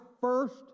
first